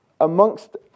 amongst